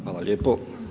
Hvala lijepo.